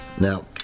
Now